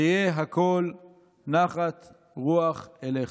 שיהא הכול נחת רוח אליך".